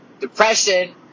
depression